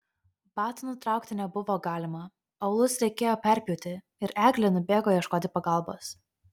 batų nutraukti nebuvo galima aulus reikėjo perpjauti ir eglė nubėgo ieškoti pagalbos